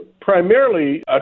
primarily